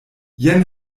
jen